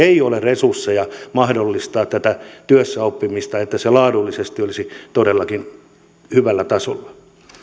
ei ole resursseja mahdollistaa tätä työssäoppimista että se laadullisesti olisi todellakin hyvällä tasolla